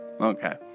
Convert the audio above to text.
Okay